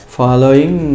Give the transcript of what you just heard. following